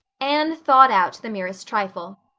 anne thawed out the merest trifle.